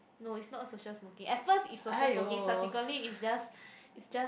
no it's not social smoking at first it's social smoking subsequently it's just it's just